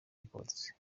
records